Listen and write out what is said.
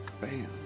Bam